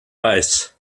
weiß